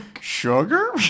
Sugar